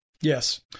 Yes